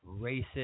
Racist